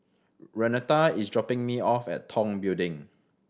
renata is dropping me off at Tong Building